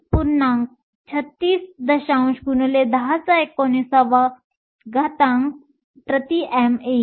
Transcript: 36 x 1019 m 3 येईल